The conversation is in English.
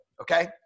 Okay